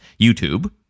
YouTube